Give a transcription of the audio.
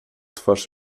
twarz